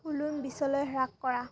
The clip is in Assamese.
ভ'ল্যুম বিছলৈ হ্ৰাস কৰা